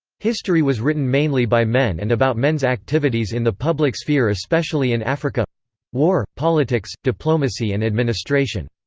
history was written mainly by men and about men's activities in the public sphere especially in africa war, politics, diplomacy and administration.